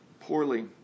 poorly